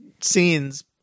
scenes